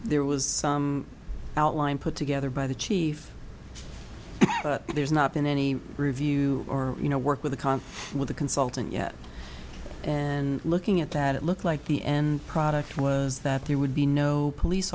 there was some outline put together by the chief there's not been any review or you know work with a concert with a consultant yet and looking at that it looked like the end product was that he would be no police